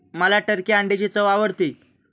मला टर्की अंड्यांची चव आवडते